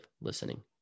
listening